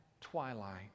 twilight